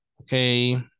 Okay